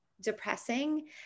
depressing